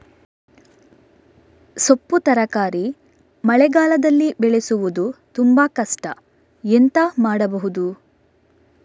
ಸೊಪ್ಪು ತರಕಾರಿ ಮಳೆಗಾಲದಲ್ಲಿ ಬೆಳೆಸುವುದು ತುಂಬಾ ಕಷ್ಟ ಎಂತ ಮಾಡಬಹುದು?